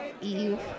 Eve